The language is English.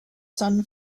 sun